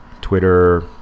Twitter